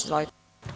Izvolite.